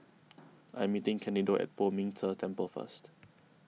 I am meeting Candido at Poh Ming Tse Temple first